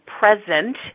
present